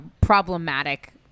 problematic